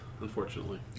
Unfortunately